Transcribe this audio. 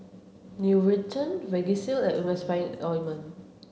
Nutren Vagisil and Emulsying ointment